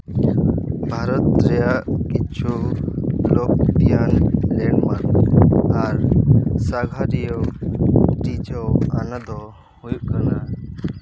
ᱵᱷᱟᱨᱚᱛ ᱨᱮᱭᱟᱜ ᱠᱤᱪᱷᱩ ᱞᱟᱹᱠᱛᱤᱭᱟᱱ ᱞᱮᱸᱰᱢᱟᱨᱠ ᱟᱨ ᱥᱟᱸᱜᱷᱟᱨᱤᱭᱟᱹ ᱨᱤᱡᱷᱟᱹᱣᱟᱱ ᱫᱚ ᱦᱩᱭᱩᱜ ᱠᱟᱱᱟ